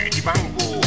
DiBango